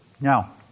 Now